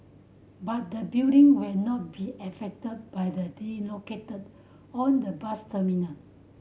but the building will not be affected by the relocated on the bus terminal